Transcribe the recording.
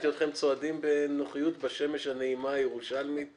ראיתי אתכם צועדים בנוחיות בשמש הירושלמית הנעימה.